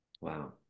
Wow